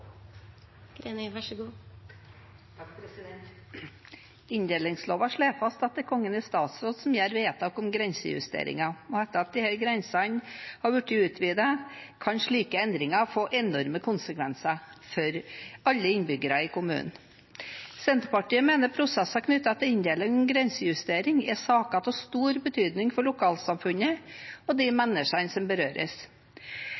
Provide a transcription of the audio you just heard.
Kongen i statsråd som gjør vedtak om grensejusteringer. Etter at grensen for hva som betegnes som grensejustering har blitt utvidet, kan slike endringer få enorme konsekvenser for alle innbyggere i kommunen. Senterpartiet mener at prosesser knyttet til inndeling og grensejustering er saker av stor betydning for lokalsamfunnet og de